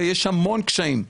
ויש המון קשיים,